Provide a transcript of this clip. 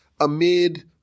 amid